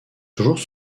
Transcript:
toujours